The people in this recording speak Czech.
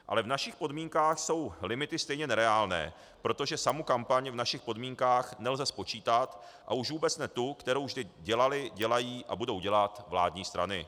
Ale v našich podmínkách jsou limity stejně nereálné, protože samu kampaň v našich podmínkách nelze spočítat, a už vůbec ne tu, kterou už teď dělaly, dělají a budou dělat vládní strany.